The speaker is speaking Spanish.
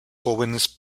jóvenes